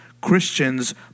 Christians